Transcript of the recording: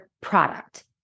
product